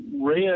red